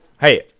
Hey